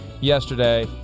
yesterday